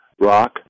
rock